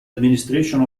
administration